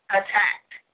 attacked